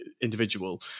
individual